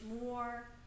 more